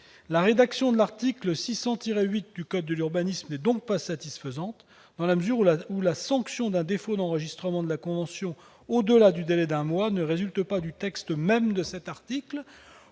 La rédaction de l'article L. 600-8 du code de l'urbanisme n'est donc pas satisfaisante, dans la mesure où la sanction d'un défaut d'enregistrement de la convention au-delà du délai d'un mois ne résulte pas du texte même de cet article,